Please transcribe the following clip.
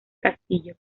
castillo